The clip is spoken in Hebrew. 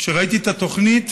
כשראיתי את התוכנית